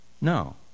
No